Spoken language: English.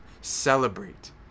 celebrate